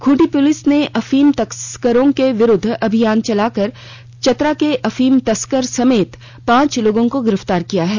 Khunti police ने अफीम तस्करों के विरुद्ध अभियान चलाकर चतरा के अफीम तस्कर समेत पांच लोगों को गिरफ्तार किया है